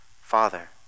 Father